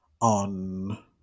on